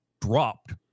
dropped